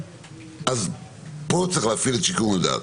פה צריך להפעיל את שיקול הדעת.